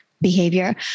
behavior